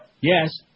Yes